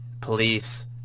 Police